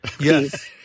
Yes